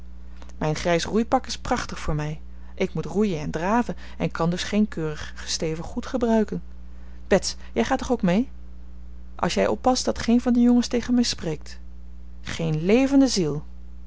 mijn grijs roeipak is prachtig voor mij ik moet roeien en draven en kan dus geen keurig gesteven goed gebruiken bets jij gaat toch ook mee als jij oppast dat geen van de jongens tegen mij spreekt geen levende ziel